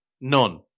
None